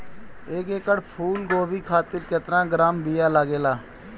एक एकड़ फूल गोभी खातिर केतना ग्राम बीया लागेला?